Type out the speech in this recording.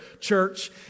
church